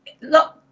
Look